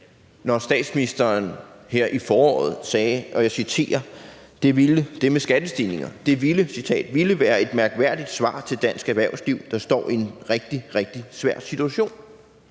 når statsministeren her i foråret sagde om skattestigninger: »Det vil være et mærkværdigt svar til et dansk erhvervsliv, der står i en rigtig, rigtig svær situation«.